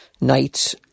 Nights